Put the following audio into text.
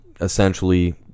essentially